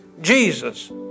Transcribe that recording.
Jesus